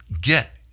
get